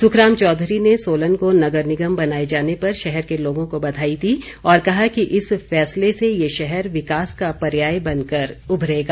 सुखराम चौधरी ने सोलन को नगर निगम बनाए जाने पर शहर के लोगों को बधाई दी और कहा कि इस फैसले से ये शहर विकास का पर्याय बनकर उभरेगा